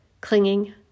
clinging